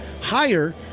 higher